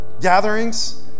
gatherings